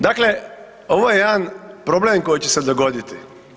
Dakle, ovo je jedan problem koji će se dogoditi.